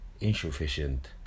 insufficient